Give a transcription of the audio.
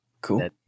Cool